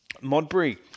Modbury